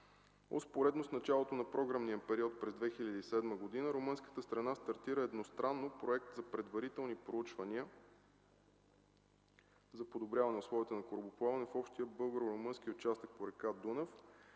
Успоредно с началото на програмния период през 2007 г. румънската страна стартира едностранно проекта за предварителни проучвания за подобряване на условията на корабоплаване в общия българо-румънски участък по река Дунав